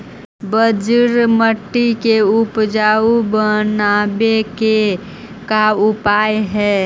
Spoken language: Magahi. बंजर मट्टी के उपजाऊ बनाबे के का उपाय है?